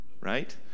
Right